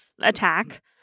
attack